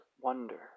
wonder